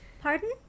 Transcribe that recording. Pardon